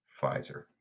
Pfizer